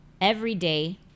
everyday